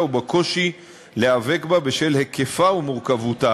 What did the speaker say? ובקושי להיאבק בה בשל היקפה ומורכבותה.